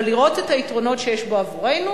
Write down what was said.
אבל לראות את היתרונות שיש בו עבורנו.